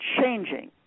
changing